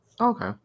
Okay